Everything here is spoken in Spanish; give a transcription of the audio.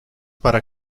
para